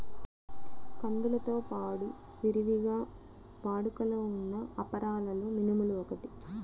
కందులతో పాడు విరివిగా వాడుకలో ఉన్న అపరాలలో మినుములు ఒకటి